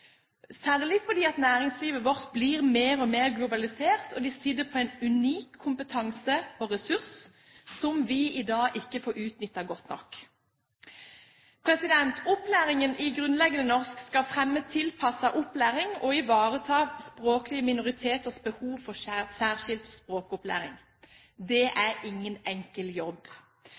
fordi næringslivet vårt blir mer og mer globalisert, og de sitter på en unik kompetanse og ressurs som vi i dag ikke får utnyttet godt nok. Opplæring i grunnleggende norsk skal fremme tilpasset opplæring og ivareta språklige minoriteters behov for særskilt språkopplæring. Det er ingen enkel jobb.